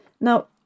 Now